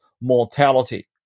mortality